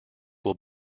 will